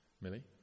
Millie